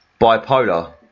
bipolar